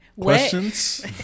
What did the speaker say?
Questions